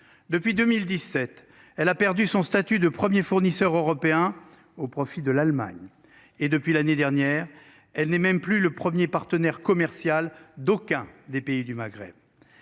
Depuis 2017, elle a perdu son statut de 1er fournisseur européen au profit de l'Allemagne et depuis l'année dernière, elle n'est même plus le 1er partenaire commercial d'aucun des pays du Maghreb.